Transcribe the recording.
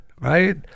right